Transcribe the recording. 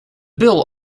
bill